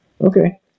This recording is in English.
Okay